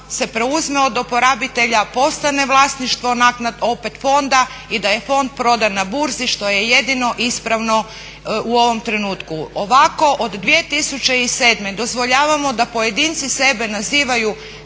se preuzme od oporabitelja, postane vlasništvo opet fonda i da je fond prodan na burzi što je jedino ispravno u ovom trenutku. Ovako od 2007. dozvoljavamo da pojedinci sebe nazivaju